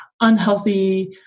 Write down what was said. unhealthy